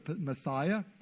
Messiah